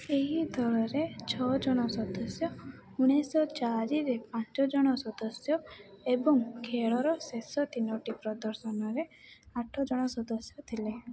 ଏହି ଦଳରେ ଛଅ ଜଣ ସଦସ୍ୟ ଉଣେଇଶହ ଚାରିରେ ପାଞ୍ଚ ଜଣ ସଦସ୍ୟ ଏବଂ ଖେଳର ଶେଷ ତିନୋଟି ପ୍ରଦର୍ଶନରେ ଆଠ ଜଣ ସଦସ୍ୟ ଥିଲେ